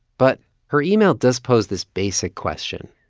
but her email does pose this basic question.